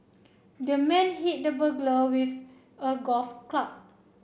the man hit the burglar with a golf club